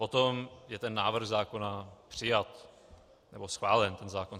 Potom je návrh zákona přijat nebo schválen zákon.